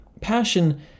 Passion